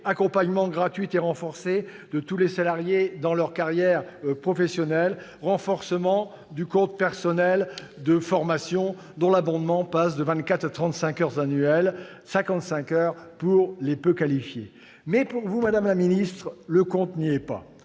l'accompagnement gratuit et renforcé de tous les salariés dans leur carrière professionnelle ou le renforcement du compte personnel de formation, dont l'abondement passe de 24 à 35 heures annuelles, voire 55 heures pour les personnes peu qualifiées. Pour vous, en revanche, madame la ministre, « le compte n'y est pas